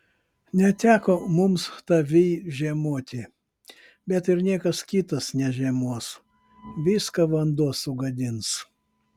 neteko mums tavyj žiemoti bet ir niekas kitas nežiemos viską vanduo sugadins